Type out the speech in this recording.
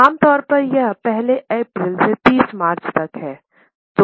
आम तौर पर यह पहले अप्रैल से तीस मार्च तक है